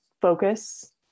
focus